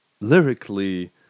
lyrically